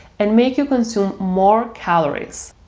and make you consume more calories.